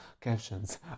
Captions